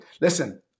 Listen